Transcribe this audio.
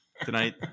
tonight